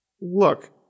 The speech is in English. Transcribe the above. Look